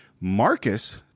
Marcus